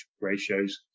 ratios